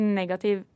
negativ